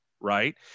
right